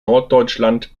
norddeutschland